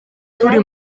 turi